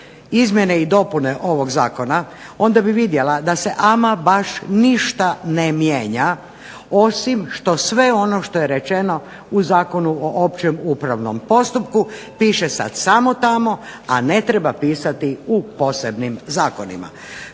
izmjene i dopune ovog zakona onda bi vidjela da se ama baš ništa ne mijenja, osim što sve ono što je rečeno u Zakonu o općem upravnom postupku piše sad samo tamo, a ne treba pisati u posebnim zakonima.